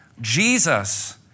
Jesus